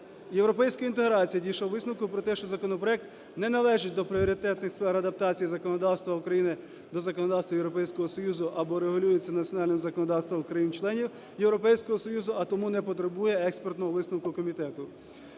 європейської інтеграції дійшов висновку про те, що законопроект не належить до пріоритетних сфер адаптації законодавства України до законодавства Європейського Союзу, або регулюється національним законодавством країн-членів Європейського Союзу, а тому не потребує експертного висновку комітету.